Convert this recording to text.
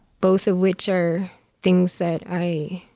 both of which are things that i